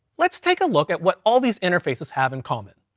let's take a look at what all these interfaces have in common.